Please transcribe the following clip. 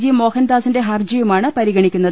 G മോഹൻദാസിന്റെ ഹർജിയുമാണ് പരിഗണിക്കുന്നത്